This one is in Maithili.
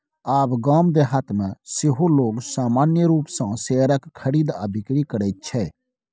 आब गाम देहातमे सेहो लोग सामान्य रूपसँ शेयरक खरीद आ बिकरी करैत छै